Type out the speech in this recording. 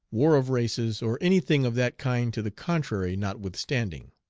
war of races, or any thing of that kind to the contrary not-withstanding.